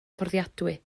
fforddiadwy